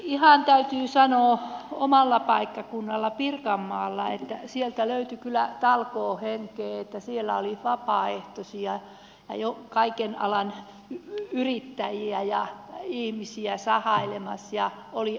ihan täytyy sanoa että omalta paikkakunnaltani pirkanmaalta löytyi kyllä talkoohenkeä siellä oli vapaaehtoisia kaiken alan yrittäjiä ja ihmisiä sahailemassa ja oli autoja